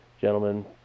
gentlemen